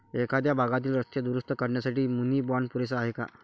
एखाद्या भागातील रस्ते दुरुस्त करण्यासाठी मुनी बाँड पुरेसा आहे का?